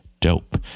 dope